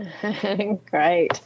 Great